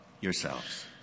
yourselves